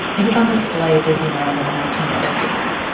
it was on display at disneyland in the nineteen fifty s.